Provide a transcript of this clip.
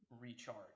recharge